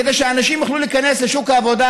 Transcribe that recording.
כדי שאנשים יוכלו להיכנס לשוק העבודה